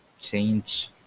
change